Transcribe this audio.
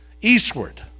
eastward